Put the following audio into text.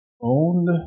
owned